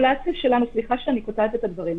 סליחה שאני קוטעת את הדברים,